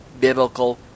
biblical